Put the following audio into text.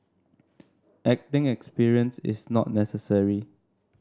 acting experience is not necessary